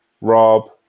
Rob